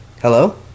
hello